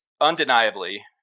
undeniably